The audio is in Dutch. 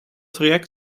traject